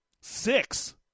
Six